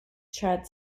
chad